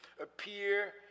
appear